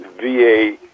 VA